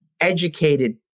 educated